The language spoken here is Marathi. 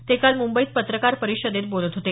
ते काल मुंबईत पत्रकार परिषदेत बोलत होते